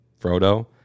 Frodo